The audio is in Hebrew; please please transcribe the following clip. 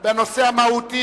המהותי,